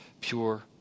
pure